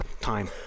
time